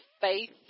faith